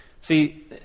See